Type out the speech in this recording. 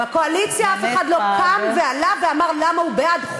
בקואליציה אף אחד לא קם ואמר למה הוא בעד,